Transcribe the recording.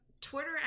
Twitter